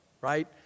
right